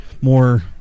more